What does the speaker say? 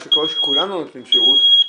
מה שקורה שכולנו נותנים שירות,